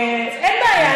אין לי בעיה.